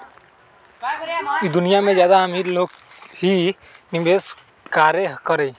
ई दुनिया में ज्यादा अमीर लोग ही निवेस काहे करई?